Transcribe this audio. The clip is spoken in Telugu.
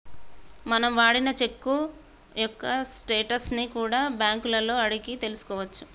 మనం వాడిన చెక్కు యొక్క స్టేటస్ ని కూడా బ్యేంకులలో అడిగి తెల్సుకోవచ్చు